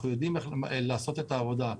אנחנו יודעים איך לעשות את העבודה.